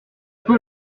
peux